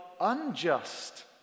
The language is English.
unjust